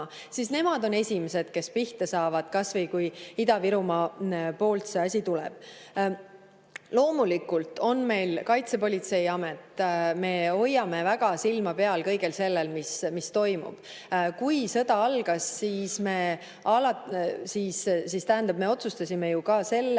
siis nemad on esimesed, kes pihta saavad, kui [näiteks] Ida-Virumaa poolt see asi tuleb. Loomulikult on meil Kaitsepolitseiamet, me hoiame väga silma peal kõigel sellel, mis toimub. Kui sõda algas, siis me otsustasime ka selle,